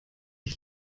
ich